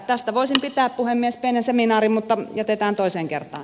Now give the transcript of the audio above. tästä voisin pitää puhemies pienen seminaarin mutta jätetään toiseen kertaan